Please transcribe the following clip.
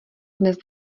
dnes